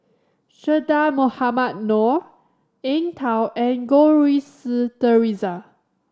Che Dah Mohamed Noor Eng Tow and Goh Rui Si Theresa